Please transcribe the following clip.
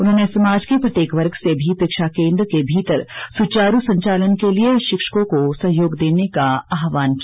उन्होंने समाज के प्रत्येक वर्ग से भी परीक्षा केन्द्र के भीतर सुचारू संचालन के लिए शिक्षकों को सहयोग देने का आहवान किया